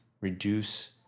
reduce